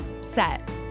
set